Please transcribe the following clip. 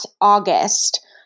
August